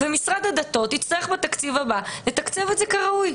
משרד הדתות יצטרך בתקציב הבא לתקצב את זה כראוי.